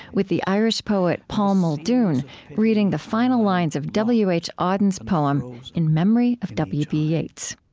with the irish poet paul muldoon reading the final lines of w h. auden's poem in memory of w b. yeats.